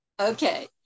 okay